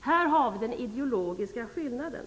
Här har vi den ideologiska skillnaden.